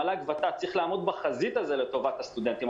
המל"ג ות"ת צריך לעמוד בחזית לטובת הסטודנטים.